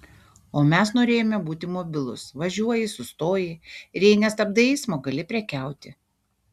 o mes norėjome būti mobilūs važiuoji sustoji ir jei nestabdai eismo gali prekiauti